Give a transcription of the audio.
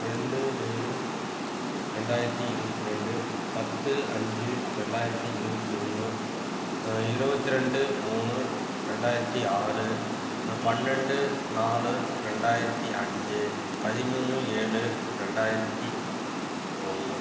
ரெண்டு ஏழு ரெண்டாயிரத்தி இருபத்தி ரெண்டு பத்து அஞ்சு ரெண்டாயிரத்தி இருபத்தி ஒன்று இருபத்தி ரெண்டு மூணு ரெண்டாயிரத்தி ஆறு பன்னெண்டு நாலு ரெண்டாயிரத்தி அஞ்சு பதிமூணு ஏழு ரெண்டாயிரத்தி ஒன்று